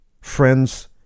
Friends